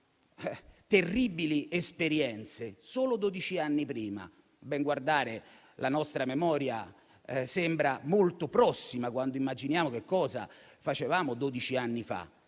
terribili esperienze solo dodici anni prima. A ben guardare, la nostra memoria sembra molto prossima, quando immaginiamo che cosa facevamo dodici anni fa.